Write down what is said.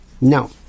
no